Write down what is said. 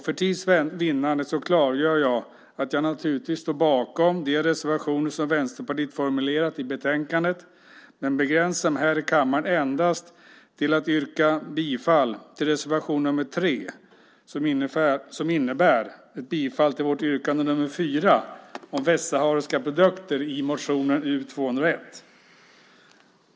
För tids vinnande klargör jag att jag naturligtvis står bakom de reservationer som Vänsterpartiet formulerat i betänkandet men begränsar mig i kammaren till att yrka bifall endast till reservation nr 3, som innebär bifall till vårt yrkande nr 4 om västsahariska produkter i motion U201.